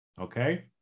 Okay